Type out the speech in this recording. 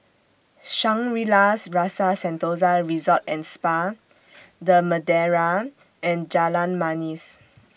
Shangri La's Rasa Sentosa Resort and Spa The Madeira and Jalan Manis